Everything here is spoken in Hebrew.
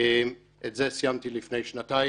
את זה סיימתי לפני שנתיים.